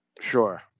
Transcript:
Sure